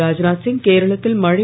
ராத்நாத் சிங் கேரளத்தில் மழை